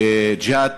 בג'ת.